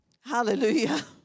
Hallelujah